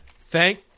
Thank